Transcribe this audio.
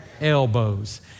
Elbows